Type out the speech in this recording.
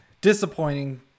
disappointing